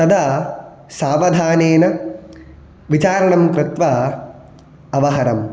तदा सावधानेन विचारणं कृत्वा अवहरं